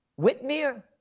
Whitmere